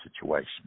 situation